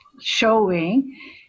showing